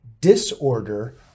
disorder